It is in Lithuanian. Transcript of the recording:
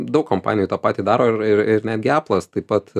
daug kompanijų tą patį daro ir ir net gi apple taip pat